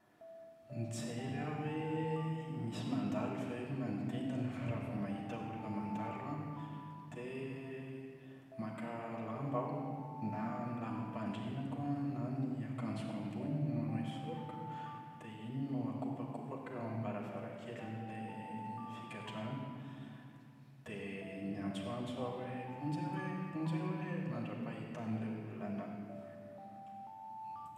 Mijery aho hoe misy mandalo ve manodidina, raha vao mahita olona mandalo an dia maka lamba aho na ny lambam-pandrianako an na ny akanjoko ambony no esoriko, dia iny no akopakopako eo ambaravarankelin’ilay figadrana. Dia miantsoantso aho hoe vonjeo e, vonjeo e mandrapahitan’ilay olona ana.